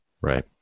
Right